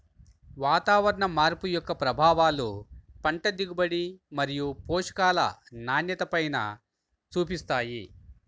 వాతావరణ మార్పు యొక్క ప్రభావాలు పంట దిగుబడి మరియు పోషకాల నాణ్యతపైన చూపిస్తాయి